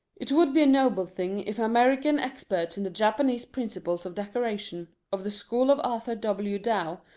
it would be a noble thing if american experts in the japanese principles of decoration, of the school of arthur w. dow,